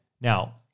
Now